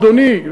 אדוני,